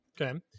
Okay